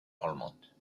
almond